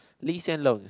Lee-Hsien-Loong